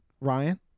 Ryan